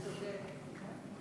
אתה צודק.